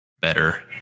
better